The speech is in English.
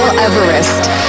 Everest